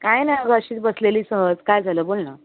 काही नाही अगं अशीच बसलेली सहज काय झालं बोल ना